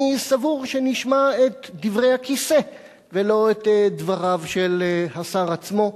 אני סבור שנשמע את דברי הכיסא ולא את דבריו של השר עצמו.